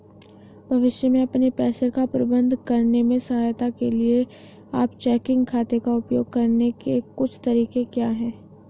भविष्य में अपने पैसे का प्रबंधन करने में सहायता के लिए आप चेकिंग खाते का उपयोग करने के कुछ तरीके क्या हैं?